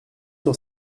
sur